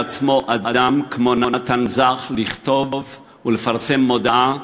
מוצא לעצמו אדם כמו נתן זך לכתוב ולפרסם מודעה